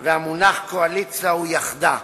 והמונח קואליציה הוא ”יחדה"